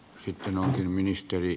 arvoisa herra puhemies